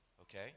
okay